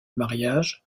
mariage